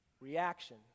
reaction